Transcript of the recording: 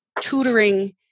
tutoring